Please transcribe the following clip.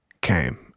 came